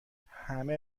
همه